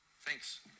Thanks